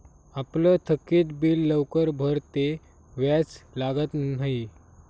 आपलं थकीत बिल लवकर भरं ते व्याज लागत न्हयी